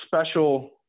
special